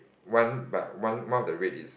one but one one of the red is